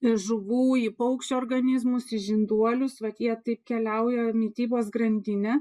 iš žuvų į paukščių organizmus į žinduolius vat jie taip keliauja mitybos grandine